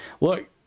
Look